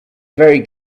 very